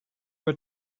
were